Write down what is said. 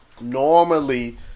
Normally